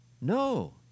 no